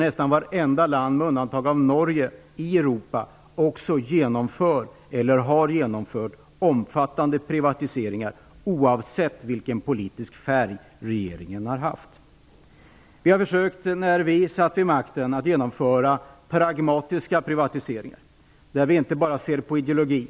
Nästan vartenda land i Europa, med undantag av Norge, genomför eller har genomfört omfattande privatiseringar oavsett vilken politisk färg regeringen har haft. Vi försökte, när vi satt vid makten, att genomföra pragmatiska privatiseringar, där vi inte bara såg till ideologin.